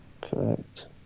correct